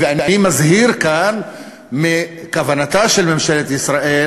ואני מזהיר כאן מכוונתה של ממשלת ישראל